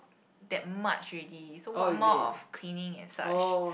that much already so what more of cleaning and such